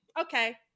okay